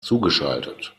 zugeschaltet